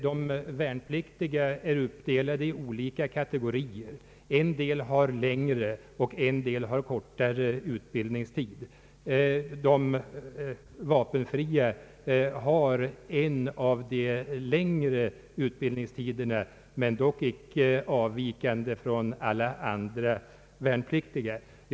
De värnpliktiga är uppdelade i olika kategorier — en del har längre och en del har kortare utbildningstid. De vapenfria har en av de längre utbildningstiderna, men den avviker i stort inte från andra värnpliktigas utbildningstid.